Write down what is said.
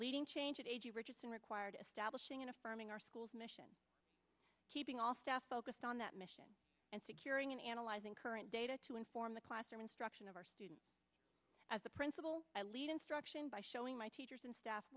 leading change a g richardson required establishing in affirming our school's mission keeping all staff focused on that mission and securing and analyzing current data to inform the classroom instruction of our students as a principal i lead instruction by showing my teachers and staff